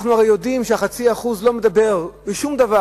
אנחנו הרי יודעים שה-0.5% לא מדבר בשום דבר,